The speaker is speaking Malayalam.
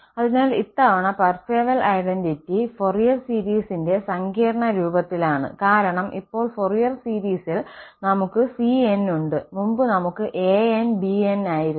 അതിനാൽ ഇത്തവണ പാർസെവൽ ഐഡന്റിറ്റി ഫൊറിയർ സീരീസിന്റെ സങ്കീർണ്ണ രൂപത്തിലാണ് കാരണം ഇപ്പോൾ ഫൊറിയർ സീരീസിൽ നമ്മൾക്ക് cn ഉണ്ട് മുമ്പ് നമ്മൾക്ക് ans bns ആയിരുന്നു